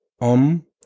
Om